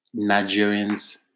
Nigerians